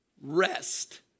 rest